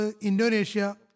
Indonesia